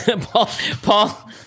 Paul